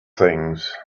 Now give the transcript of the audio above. things